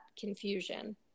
confusion